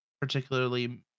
particularly